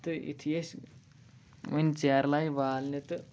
تہٕ یُتھُے أسۍ ؤنۍ ژیرٕ لاجہِ والنہِ تہٕ